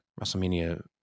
WrestleMania